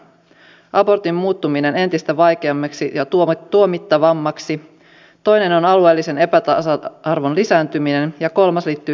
ensimmäinen on abortin muuttuminen entistä vaikeammaksi ja tuomittavammaksi toinen on alueellisen epätasa arvon lisääntyminen ja kolmas liittyy koulutukseen